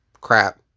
Crap